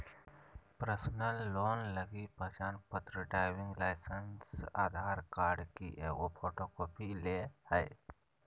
personal loan लगी पहचानपत्र, driving licence, Aadhaar card की एगो फोटोकॉपी ले हइ